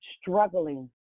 struggling